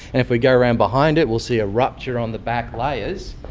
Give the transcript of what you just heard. and if we go around behind it we'll see a rupture on the back layers,